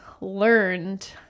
learned